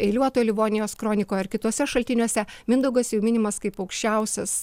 eiliuotoj livonijos kronikoj ar kituose šaltiniuose mindaugas jau minimas kaip aukščiausias